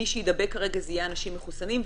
מי שיידבק כרגע זה יהיה אנשים מחוסנים,